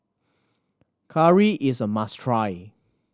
curry is a must try